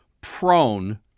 prone